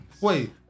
Wait